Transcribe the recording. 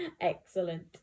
Excellent